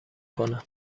کنم